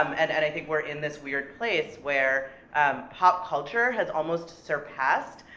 um and and i think we're in this weird place where pop culture has almost surpassed,